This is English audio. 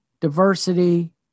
diversity